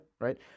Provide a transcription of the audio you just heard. right